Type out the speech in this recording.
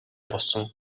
болсон